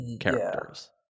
characters